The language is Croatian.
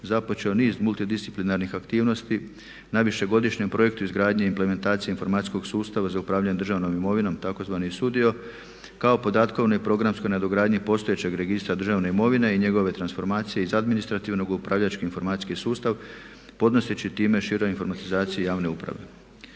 započeo niz multidisciplinarnih aktivnosti na višegodišnjem projektu izgradnje i implementacije informacijskog sustava za upravljanje državnom imovinom tzv. …/Ne razumije se./… kao podatkovnoj programskoj nadogradnji postojećeg registra državne imovine i njegove transformacije iz administrativnog u upravljački informacijski sustav podnoseći time široj informatizaciji javne uprave.